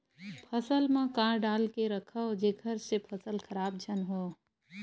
फसल म का डाल के रखव जेखर से फसल खराब झन हो?